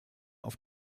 auf